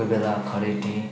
कोही बेला खरेडी